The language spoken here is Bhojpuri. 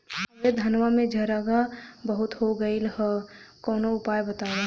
हमरे धनवा में झंरगा बहुत हो गईलह कवनो उपाय बतावा?